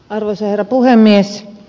arvoisa herra puhemies